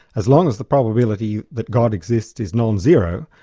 as long as the probability that god exists is non-zero,